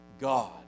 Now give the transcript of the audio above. God